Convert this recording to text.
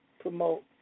promote